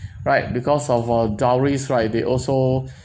right because of uh dowries right they also